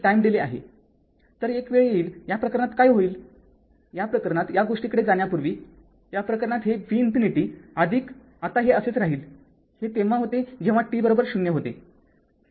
तर एक वेळ येईल या प्रकरणात काय होईल या प्रकरणात या गोष्टीकडे जाण्यापूर्वी या प्रकरणात हे v ∞ आता हे असेच राहील हे तेव्हा होते जेव्हा t 0 होते